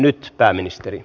nyt pääministeri